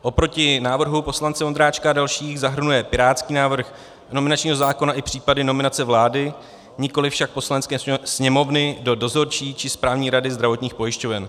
Oproti návrhu poslance Vondráčka a dalších zahrnuje pirátský návrh nominačního zákona i případy nominace vlády, nikoli však Poslanecké sněmovny, do dozorčí či správní rady zdravotních pojišťoven.